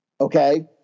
Okay